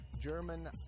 German